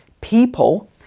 people